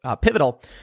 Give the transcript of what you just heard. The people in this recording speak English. pivotal